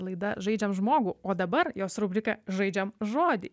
laida žaidžiam žmogų o dabar jos rubrika žaidžiam žodį